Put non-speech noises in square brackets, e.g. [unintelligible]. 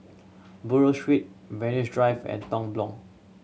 Buroh Street Venus Drive and Tong [unintelligible]